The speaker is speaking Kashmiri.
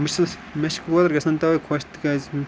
بہٕ چھُس مےٚ چھِ کوتَر گژھان تَوَے خۄش تِکیٛازِ